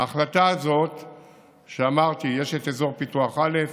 ההחלטה הזאת שאמרת, יש את אזור פיתוח א'